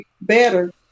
better